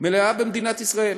מלאה במדינת ישראל,